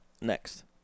next